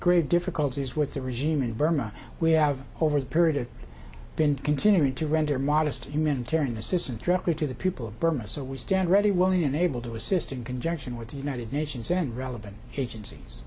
grave difficulties with the regime in burma we have over the period of been continuing to render modest humanitarian assistance directly to the people of burma so we stand ready willing and able to assist in conjunction with the united nations and relevant agencies